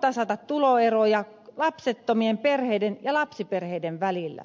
tasata tuloeroja lapsettomien perheiden ja lapsiperheiden välillä